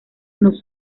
nos